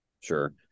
Sure